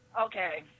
Okay